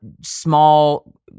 small